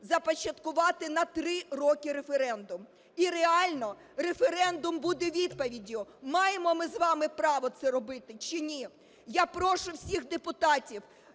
започаткувати на три роки референдум, і реально референдум буде відповіддю: маємо ми з вами право це робити чи ні. Я прошу всіх депутатів,